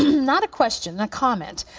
not a question, a comment.